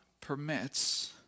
permits